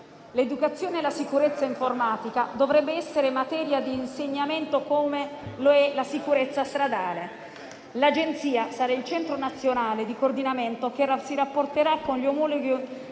L'educazione alla sicurezza informatica dovrebbe essere materia di insegnamento, come lo è la sicurezza stradale. L'Agenzia sarà il centro nazionale di coordinamento che si rapporterà con gli omologhi